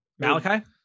Malachi